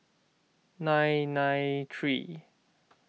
nine nine three